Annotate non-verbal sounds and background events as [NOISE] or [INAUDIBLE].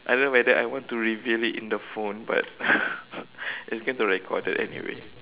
I don't know whether I want to reveal it in the phone but [LAUGHS] it's going to recorded anyway